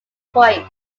point